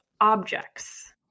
objects